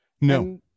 No